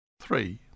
three